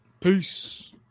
Peace